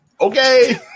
Okay